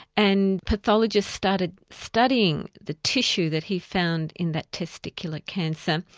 and pathologists started studying the tissue that he found in that testicular cancer,